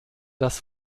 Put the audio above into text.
das